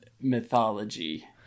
mythology